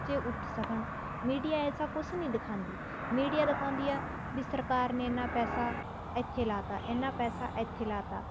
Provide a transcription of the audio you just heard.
ਉੱਚੇ ਉੱਠ ਸਕਣ ਮੀਡੀਆ ਐਸਾ ਕੁਛ ਨਹੀਂ ਦਿਖਾਉਂਦੀ ਮੀਡੀਆ ਦਿਖਾਉਂਦੀ ਆ ਵੀ ਸਰਕਾਰ ਨੇ ਇੰਨਾਂ ਪੈਸਾ ਇੱਥੇ ਲਾ ਤਾ ਇੰਨਾਂ ਪੈਸੇ ਇੱਥੇ ਲਾ ਤਾ